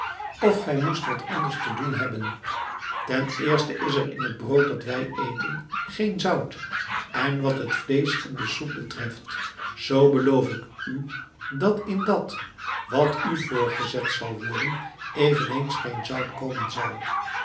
of gij moest wat anders te doen hebben ten eerste is er in het brood dat wij eten geen zout en wat het vleesch en de soep betreft zoo beloof ik u dat in dat wat u voorgezet zal worden eveneens geen zout komen zal